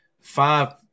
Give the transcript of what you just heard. five